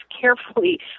carefully